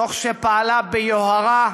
תוך שפעלה ביוהרה,